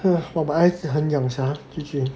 !wah! my eyes 很痒 sia itchy